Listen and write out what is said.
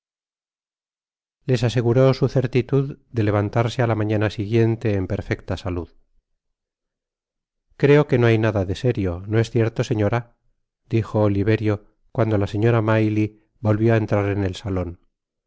les aseguró su certitud de levantarse á la mañana siguiente en perfecta salud creo que no hay nada de serio no es cierto senora dijo oliverio cuando la señora maylie volvió á entrar en el salon